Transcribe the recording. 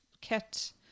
kit